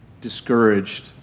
discouraged